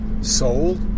sold